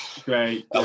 Great